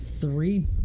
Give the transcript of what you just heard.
three